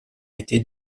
été